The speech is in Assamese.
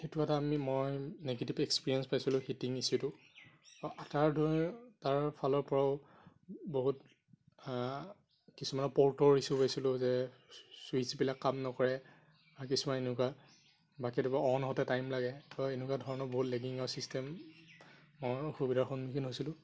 সেইটো এটা আমি মই নেগেটিভ এক্সপেৰিয়েঞ্চ পাইছিলোঁ হিটিং ইছ্যুটো আটাৰ দৰে তাৰ ফালৰপৰাও বহুত কিছুমান পৰ্টৰ ইছ্যু পাইছিলোঁ যে চুইছবিলাক কাম নক'ৰে আৰু কিছুমান এনেকুৱা বা কেতিয়াবা অ'ন হওঁতে টাইম লাগে ত' এনেকুৱা ধৰণৰ বহুত লেগিঙৰ চিষ্টেম মই অসুবিধাৰ সন্মূখীন হৈছিলোঁ